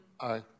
Aye